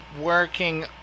working